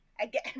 Again